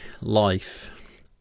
life